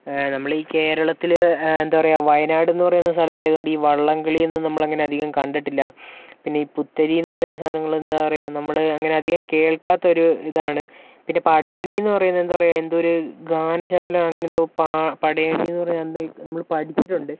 നമ്മൾ ഈ കേരളത്തിൽ എന്താ പറയുക വയനാടെന്നു പറയുന്ന സ്ഥലത്തായതുകൊണ്ട് ഈ വള്ളം കളിയൊന്നും നമ്മളങ്ങനെ അധികം കണ്ടിട്ടില്ല പിന്നെ ഈ പുത്തരിയെന്നു പറയുന്ന സാധനങ്ങൾ എന്താ പറയുക നമ്മൾ അങ്ങനെ അധികം കേൾക്കാത്തൊരു ഇതാണ് പിന്നെ പടയണിയെന്നു പറയുന്നത് എന്താ പറയുക എന്തോ ഒരു ഗാന ശകലം അങ്ങനെ എന്തൊ പടയണിയെന്നു പറയണത് എന്താ നമ്മൾ പഠിച്ചിട്ടുണ്ട്